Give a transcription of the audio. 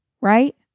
right